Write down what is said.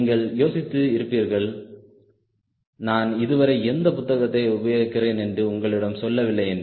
நீங்கள் யோசித்து இருப்பீர்கள் நான் இதுவரை எந்த புத்தகத்தை உபயோகிக்கிறேன் என்று உங்களிடம் செல்லவில்லை என்று